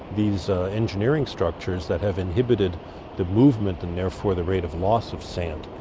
these engineering structures that have inhibited the movement and therefore the rate of loss of sand.